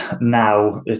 Now